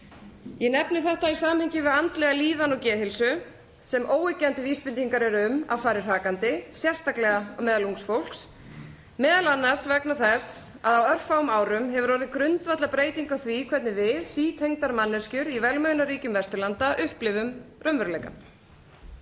Ég nefni þetta í samhengi við andlega líðan og geðheilsu, sem óyggjandi vísbendingar eru um að fari hrakandi, sérstaklega meðal ungs fólks, m.a. vegna þess að á örfáum árum hefur orðið grundvallarbreyting á því hvernig við, sítengdar manneskjur í velmegunarríkjum Vesturlanda upplifum raunveruleikann.